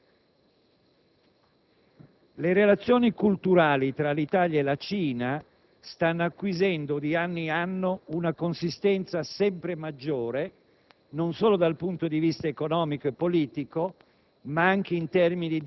colleghi, le relazioni culturali tra l'Italia e la Cina stanno acquisendo di anno in anno una consistenza sempre maggiore